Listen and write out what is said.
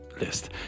list